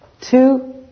Two